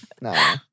No